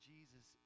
Jesus